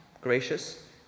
gracious